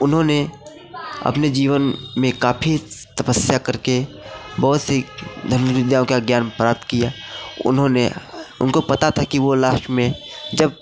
उन्होंने अपने जीवन में काफी तपस्या करके बहुत सी धनुर विद्याओं का ज्ञान प्राप्त किया उन्होंने उनको पता था कि वो लास्ट में जब